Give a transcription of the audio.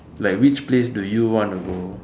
like which place do you want to go